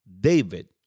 David